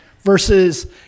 Versus